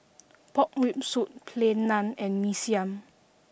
pork rib soup plain naan and mee siam